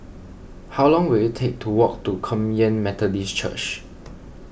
how long will it take to walk to Kum Yan Methodist Church